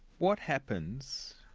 what happens,